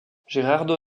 gerardo